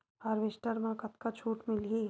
Harvester म कतका छूट मिलही?